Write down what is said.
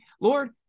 Lord